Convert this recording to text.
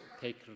take